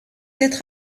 être